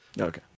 Okay